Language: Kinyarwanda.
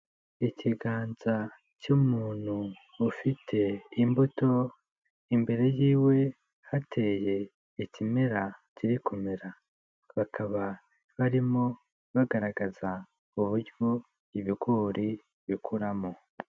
Ikiganza cy'umuntu ufite imbuto, imbere yiwe hateye ikimera kiri kumera. Bakaba barimo bagaragaza uburyo ibigori bikoramo.